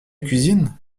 cuisine